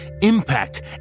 impact